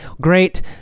great